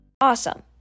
Awesome